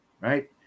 Right